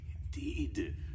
Indeed